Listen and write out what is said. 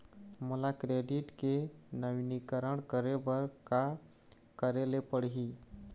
मोला क्रेडिट के नवीनीकरण करे बर का करे ले पड़ही?